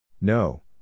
No